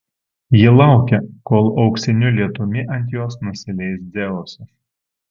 ji laukia kol auksiniu lietumi ant jos nusileis dzeusas